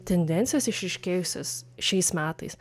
tendencijas išryškėjusias šiais metais